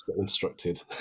instructed